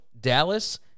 Dallas